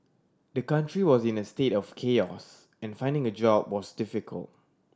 the country was in a state of chaos and finding a job was difficult